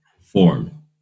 form